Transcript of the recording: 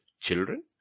children